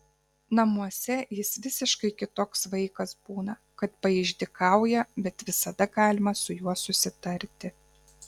namuose jis visiškai kitoks vaikas būna kad paišdykauja bet visada galima su juo susitarti